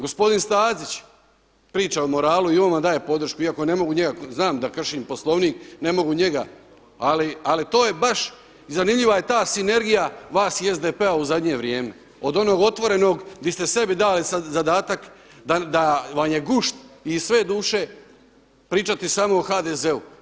Gospodin Stazić priča o moralu i on vam daje podršku, iako ne mogu njega znam da kršim Poslovnik, ne mogu njega, ali to je baš zanimljiva je ta sinergija vas i SDP-a u zadnje vrijeme, od onog otvorenog, vi ste sebi dali zadatak da vam je gušt i iz sve duše pričati samo o HDZ-u.